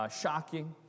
Shocking